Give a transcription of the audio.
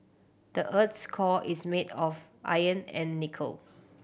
the earth's core is made of iron and nickel